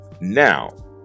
Now